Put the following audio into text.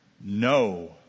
no